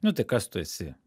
nu tai kas tu esi